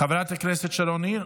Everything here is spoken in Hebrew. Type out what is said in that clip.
חברת הכנסת שרון ניר,